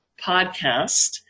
podcast